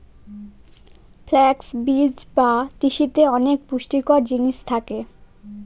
flux বীজ বা তিসিতে অনেক পুষ্টিকর জিনিস থাকে